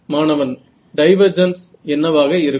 மாணவன் டைவர்ஜென்ஸ் என்னவாக இருக்கும்